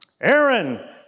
Aaron